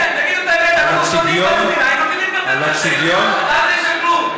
תגידו את האמת: אנחנו, אבל אל תשקרו.